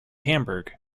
hamburg